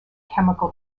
chemical